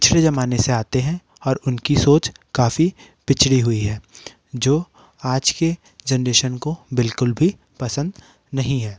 पिछड़े जमाने से आते हैं और उनकी सोच काफ़ी पिछड़ी हुई है जो आज के जेनेरेशन को बिल्कुल भी पसंद नहीं है